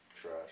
trash